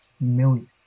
million